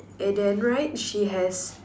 and then right she has